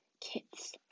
kits